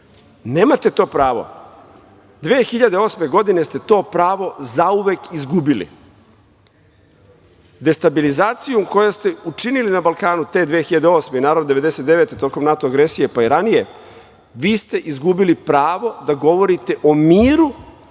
Nemate to pravo. Godine 2008. ste to pravo zauvek izgubili. Destabilizacijom koju ste učinili na Balkanu te 2008. i naravno, 1999. godine, tokom NATO agresije, pa i ranije, vi ste izgubili pravo da govorite o miru,